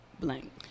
blank